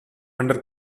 under